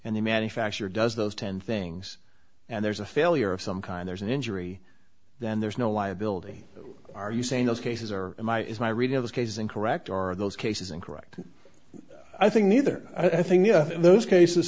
and the manufacturer does those ten things and there's a failure of some kind there's an injury then there's no liability are you saying those cases are my is my reading of this case and correct are those cases incorrect i think neither i think those cases